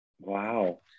Wow